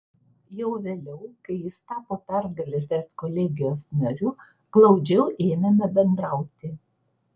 jau vėliau kai jis tapo pergalės redkolegijos nariu glaudžiau ėmėme bendrauti